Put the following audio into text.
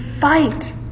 fight